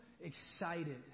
excited